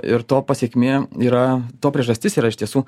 ir to pasekmė yra to priežastis yra iš tiesų